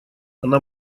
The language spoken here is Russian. она